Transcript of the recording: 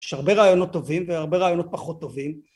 יש הרבה רעיונות טובים והרבה רעיונות פחות טובים.